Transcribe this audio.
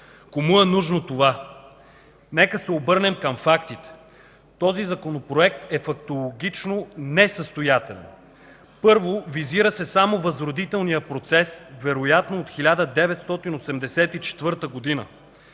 Кому е нужно това?! Нека да се обърнем към фактите. Този Законопроект е фактологически несъстоятелен. Първо, визира се само възродителният процес вероятно от 1984 г.